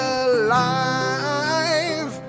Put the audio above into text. alive